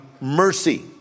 mercy